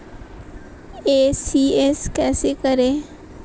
ECS कैसे करें?